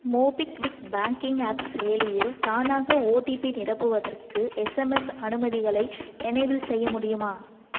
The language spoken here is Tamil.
மோபிக்விக் பேங்கிங் ஆப் செயலியில் தானாக ஓடிபி நிரப்புவதற்கு எஸ்எம்எஸ் அனுமதிகளை எனேபிள் செய்ய முடியுமா